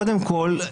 קודם כול,